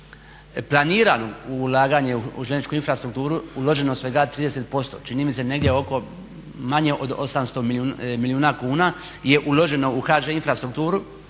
planirano ulaganje u željezničku infrastrukturu uloženo svega 30%. Čini mi se negdje oko, manje od 800 milijuna kuna je uloženo u HŽ infrastrukturu,